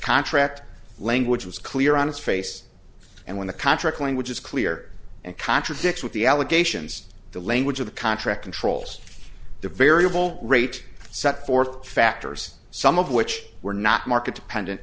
contract language was clear on its face and when the contract language is clear and contradicts with the allegations the language of the contract controls the variable rate set forth factors some of which were not market dependent